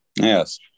Yes